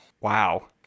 Wow